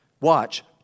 Watch